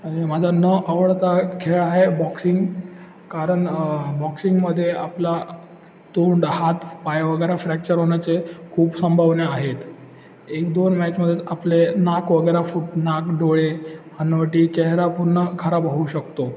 आणि माझा न आवडता खेळ आहे बॉक्सिंग कारण बॉक्सिंगमध्ये आपला तोंड हात पाय वगैरे फ्रॅक्चर होण्याचे खूप संभावना आहेत एक दोन मॅचमध्येच आपले नाक वगैरे फुट नाक डोळे हनुवटी चेहरा पूर्ण खराब होऊ शकतो